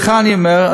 לך אני אומר,